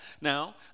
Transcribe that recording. Now